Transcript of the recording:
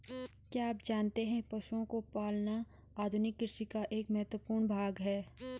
क्या आप जानते है पशुओं को पालना आधुनिक कृषि का एक महत्वपूर्ण भाग है?